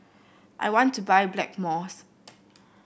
I want to buy Blackmores